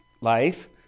life